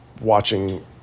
watching